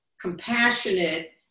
compassionate